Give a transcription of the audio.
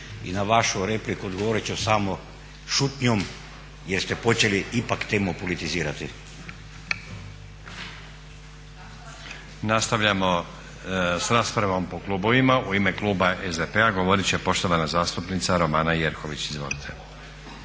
i na vašu repliku odgovorit ću samo šutnjom jer ste počeli ipak temu politizirati. **Stazić, Nenad (SDP)** Nastavljamo s raspravom po klubovima. U ime kluba SDP-a govorit će poštovana zastupnica Romana Jerković. Izvolite.